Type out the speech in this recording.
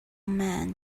man